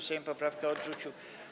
Sejm poprawkę odrzucił.